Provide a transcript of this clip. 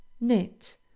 Knit